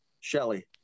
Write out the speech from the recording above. Shelly